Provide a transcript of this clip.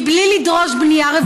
מבלי לדרוש בנייה רוויה,